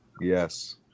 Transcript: Yes